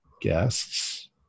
guests